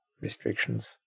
restrictions